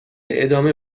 ادامه